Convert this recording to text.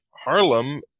harlem